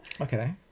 okay